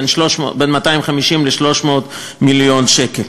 בין 250 ל-300 מיליון שקל,